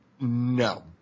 No